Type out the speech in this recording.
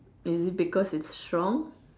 is it because it's strong